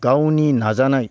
गावनि नाजानाय